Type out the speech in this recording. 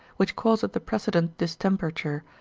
which causeth the precedent distemperature,